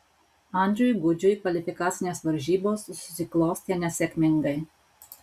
andriui gudžiui kvalifikacinės varžybos susiklostė nesėkmingai